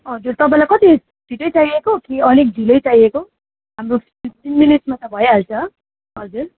हजुर तपाईँलाई कति छिट्टै चाहिएको कि अलिक ढिलै चाहिएको हाम्रो फिप्टिन मिनटमा त भइहाल्छ हजुर